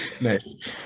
Nice